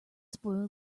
spoil